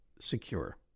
secure